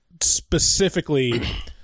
specifically